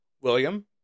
William